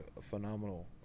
phenomenal